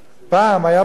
פעם היה ברור,